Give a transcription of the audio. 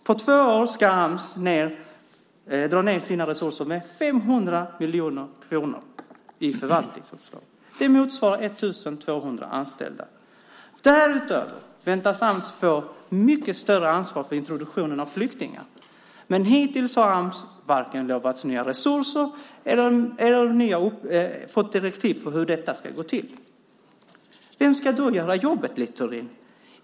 På två år ska Ams dra ned sina resurser med 500 miljoner kronor i förvaltningsanslag. Det motsvarar 1 200 anställda. Därutöver väntas Ams få ett mycket större ansvar för introduktionen av flyktingar, men hittills har Ams varken lovats mer resurser eller fått direktiv till hur detta ska gå till. Vem ska då göra jobbet, Littorin?